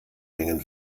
mengen